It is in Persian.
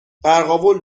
قرقاول